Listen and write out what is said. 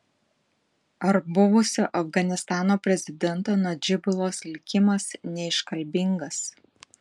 ar buvusio afganistano prezidento nadžibulos likimas neiškalbingas